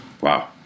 Wow